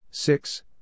Six